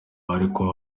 ariko